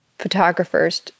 photographers